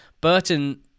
Burton